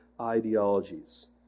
ideologies